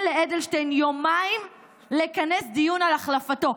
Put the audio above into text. לאדלשטיין יומיים לכנס דיון על החלפתו.